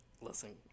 Listen